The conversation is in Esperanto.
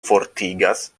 fortigas